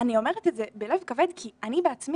אני אומרת את זה בלב כבד כי אני אחת